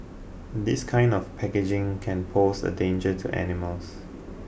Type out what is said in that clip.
this kind of packaging can pose a danger to animals